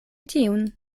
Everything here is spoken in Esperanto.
tiun